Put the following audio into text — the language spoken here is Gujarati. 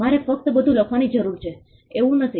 મારે ફક્ત બધું લખવાની જરૂર છે એવું નથી